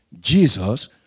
Jesus